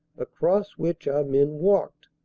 across which our men walked.